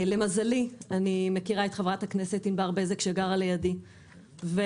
למזלי אני מכירה את חברת הכנסת ענבר בזק שגרה לידי והתפנה